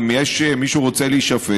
אם יש מי שרוצה להישפט,